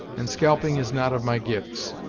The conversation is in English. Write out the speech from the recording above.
and scalping is not of my gifts.